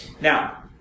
Now